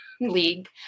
League